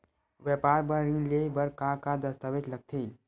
व्यापार बर ऋण ले बर का का दस्तावेज लगथे?